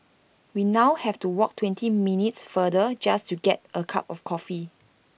we now have to walk twenty minutes farther just to get A cup of coffee